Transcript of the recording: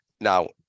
Now